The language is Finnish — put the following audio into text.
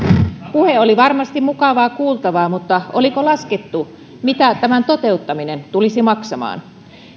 puhe oli varmasti mukavaa kuultavaa mutta oliko laskettu mitä tämän toteuttaminen tulisi maksamaan